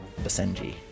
Basenji